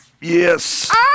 yes